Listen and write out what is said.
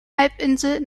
halbinsel